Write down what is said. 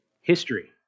history